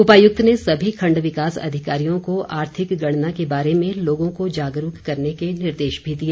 उपायुक्त ने सभी खंडविकास अधिकारियों को लोगों आर्थिक गणना के बारे में जागरूक करने के निर्देश भी दिए